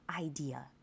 idea